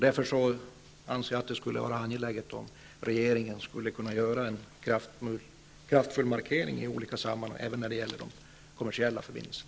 Därför anser jag att det skulle vara angeläget om regeringen gjorde en kraftfull markering när det gäller de kommersiella förbindelserna.